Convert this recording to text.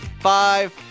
Five